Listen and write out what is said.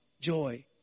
joy